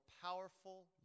powerful